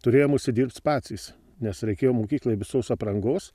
turėjom užsidirbc patys nes reikėjo mokyklai visos aprangos